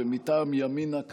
ומטעם ימינה,